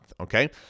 okay